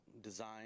design